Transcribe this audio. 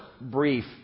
brief